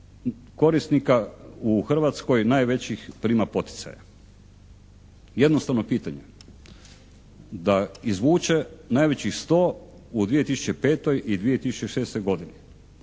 korisnika u Hrvatskoj najvećih prima poticaje? Jednostavno pitanje. Da izvuče najvećih 100 u 2005. i 2006. godini.